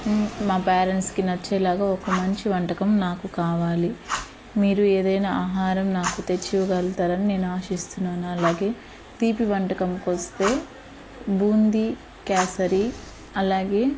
మా పేరెంట్స్కి నచ్చేలాగా ఒక మంచి వంటకం నాకు కావాలి మీరు ఏదైనా ఆహారం నాకు తెచ్చివ్వగలుగుతారని నేను ఆశిస్తున్నాను అలాగే తీపి వంటకంకి వస్తే బూందీ కేసరి అలాగే